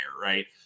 Right